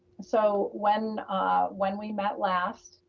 so when when we met last,